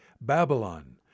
Babylon